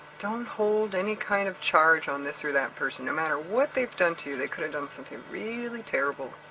don't hold any kind of charge on this or that person no matter what they've done to you. they could have done something really terrible,